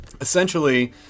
essentially